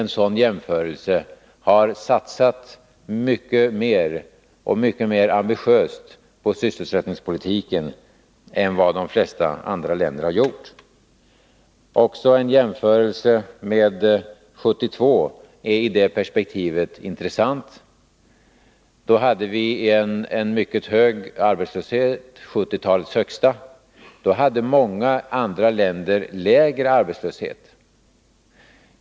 Och vid en jämförelse har vi satsat mycket mer och mycket mer ambitiöst på sysselsättningspolitiken än de flesta andra länder. I det perspektivet är också en jämförelse med 1972 intressant. Då hade vi en mycket hög arbetslöshet — 1970-talets högsta — medan många andra länder hade lägre arbetslöshet.